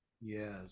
Yes